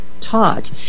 taught